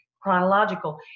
chronological